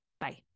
Bye